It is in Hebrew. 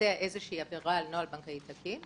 לבצע איזו שהיא עבירה על נוהל בנקאי תקין.